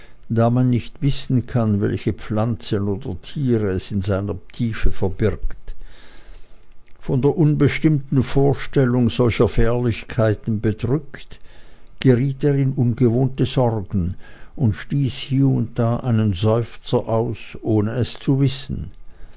da man nicht wissen kann welche pflanzen oder tiere es in seiner tiefe verbirgt von der unbestimmten vorstellung solcher fährlichkeiten bedrückt geriet er in ungewohnte sorgen und stieß hie und da einen seufzer aus ohne es zu wissen